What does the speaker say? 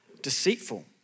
deceitful